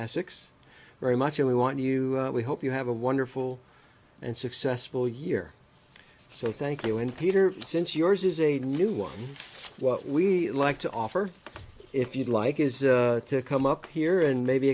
essex very much and we want you we hope you have a wonderful and successful year so thank you and peter since yours is a new one what we like to offer if you'd like is to come up here and maybe